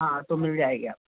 हाँ तो मिल जाएगी आपको